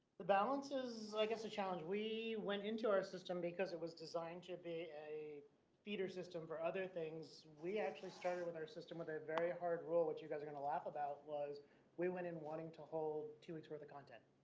the balancers i guess a challenge. we went into our system because it was designed to be a feeder system for other things. we actually started with our system with a very hard role, which what you guys are going to laugh about was we went in wanting to hold two weeks worth of content.